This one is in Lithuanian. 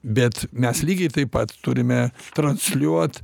bet mes lygiai taip pat turime transliuot